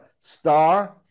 star